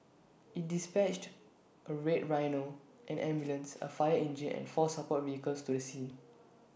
IT dispatched A red rhino an ambulance A fire engine and four support vehicles to the scene